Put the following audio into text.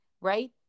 right